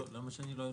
למה שאני לא ארצה?